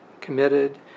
committed